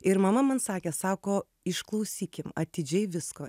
ir mama man sakė sako išklausykim atidžiai visko